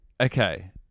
Okay